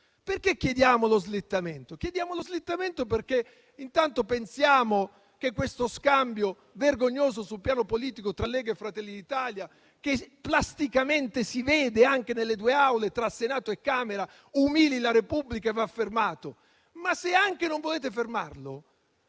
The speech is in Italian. Noi chiediamo lo slittamento perché intanto pensiamo che lo scambio vergognoso sul piano politico tra Lega e Fratelli d'Italia, che plasticamente si vede anche nelle due Aule, tra Senato e Camera, umili la Repubblica e vada fermato. Ma, se anche non volete fermarlo,